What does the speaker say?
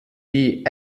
die